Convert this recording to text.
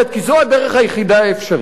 כי זו הדרך היחידה האפשרית,